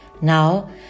Now